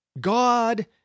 God